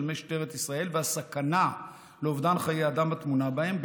משטרת ישראל והסכנה לאובדן חיי אדם הטמונה בהם,